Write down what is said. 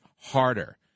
harder